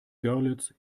görlitz